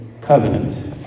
covenant